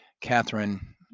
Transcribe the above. Catherine